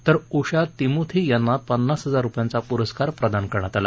तर उषा तिमोथी यांना पन्नास हजार रूपयांचा पुरस्कार प्रदान करण्यात आला